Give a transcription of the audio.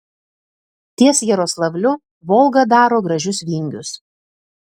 ties jaroslavliu volga daro gražius vingius